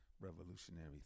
revolutionary